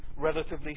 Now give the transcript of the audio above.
relatively